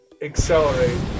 accelerate